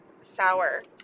sour